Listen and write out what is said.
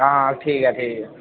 हां ठीक ऐ ठीक ऐ